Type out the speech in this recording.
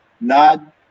nod